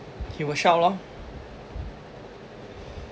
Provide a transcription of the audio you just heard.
he will shout lor